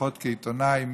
לפחות כעיתונאי,